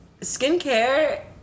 skincare